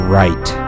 right